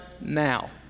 now